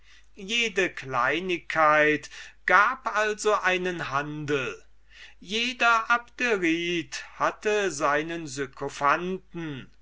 jede kleinigkeit gab also einen handel jeder abderite hatte seinen